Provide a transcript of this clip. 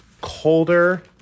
colder